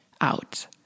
out